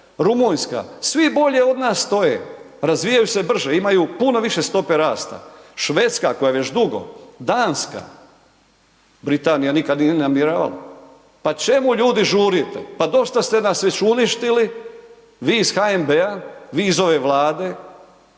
Rumunjska, svi bolje od nas stoje, razvijaju se brže, imaju puno više stope rasta, Švedska koja je već dugo, Danska, Britanija nikad nije ni namjeravala, pa čemu ljudi žurite, pa dosta ste nas već uništili vi iz HNB-a, vi iz ove Vlade,